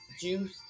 juice